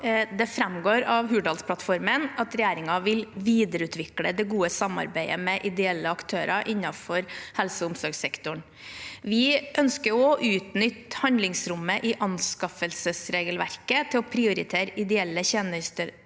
Det framgår av Hurdalsplattformen at regjeringen vil videreutvikle det gode samarbeidet med ideelle aktører innenfor helse- og omsorgssektoren. Vi ønsker å utnytte handlingsrommet i anskaffelsesregelverket til å prioritere ideelle tjenesteytere